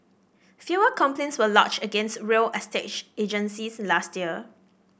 fewer complaints were lodged against real estate agencies last year